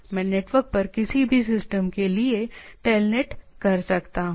मैं नेटवर्क पर किसी भी सिस्टम के लिए telnet कर सकता हूं